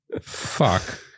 Fuck